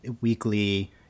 weekly